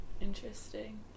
Interesting